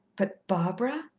but barbara?